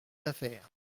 affaires